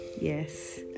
Yes